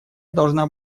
должна